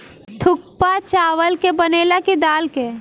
थुक्पा चावल के बनेला की दाल के?